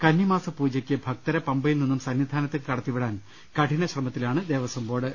കന്നി മാസ പൂജയ്ക്ക് ഭക്തരെ പമ്പ യിൽ നിന്നും സന്നിധാനത്തേക്ക് കടത്തിവിടാൻ കഠിന ശ്രമത്തിലാണ് ദേവസ്വം ബോർഡ്